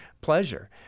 pleasure